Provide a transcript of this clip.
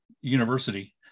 University